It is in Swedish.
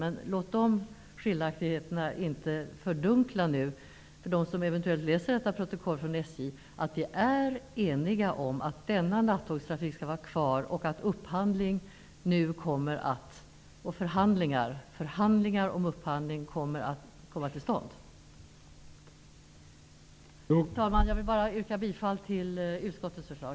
Men låt de inte dessa skiljaktigheter fördunkla för dem från SJ som eventuellt tar del av protokollet. Vi är eniga om att denna nattågstrafik skall vara kvar och att förhandlingar om upphandling nu kommer till stånd. Herr talman! Jag vill yrka bifall till utskottets förslag.